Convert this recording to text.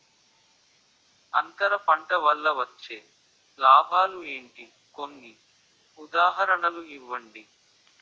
అంతర పంట వల్ల వచ్చే లాభాలు ఏంటి? కొన్ని ఉదాహరణలు ఇవ్వండి?